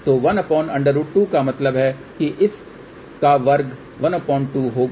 तो 1√2 का मतलब है कि इस का वर्ग 12 होगा